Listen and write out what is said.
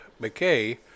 McKay